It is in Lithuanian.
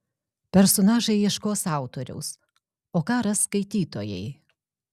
personažai ieškos autoriaus o ką ras skaitytojai